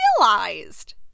realized